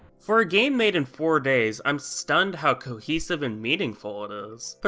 for a game made in four days, i'm stunned how cohesive and meaningful it is. but